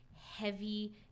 heavy